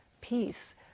peace